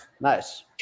nice